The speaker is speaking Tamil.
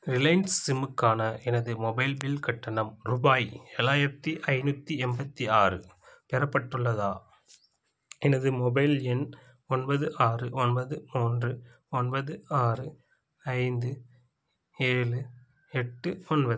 ரிலையன்ஸ் சிம்முக்கான எனது மொபைல் பில் கட்டணம் ருபாய் ஏழாயிரத்தி ஐந்நூற்றி எண்பத்தி ஆறு பெறப்பட்டுள்ளதா எனது மொபைல் எண் ஒன்பது ஆறு ஒன்பது மூன்று ஒன்பது ஆறு ஐந்து ஏழு எட்டு ஒன்பது